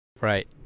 Right